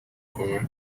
کمک